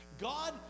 God